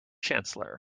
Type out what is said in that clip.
chancellor